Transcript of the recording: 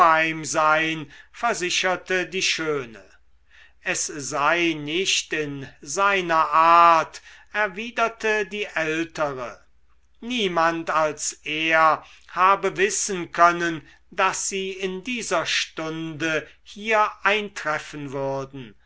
sein versicherte die schöne es sei nicht in seiner art erwiderte die ältere niemand als er habe wissen können daß sie in dieser stunde hier eintreffen würden